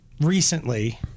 recently